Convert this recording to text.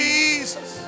Jesus